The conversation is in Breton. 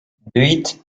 deuit